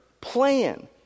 plan